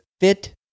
fit